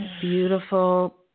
Beautiful